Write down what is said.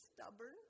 stubborn